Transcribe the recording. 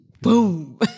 Boom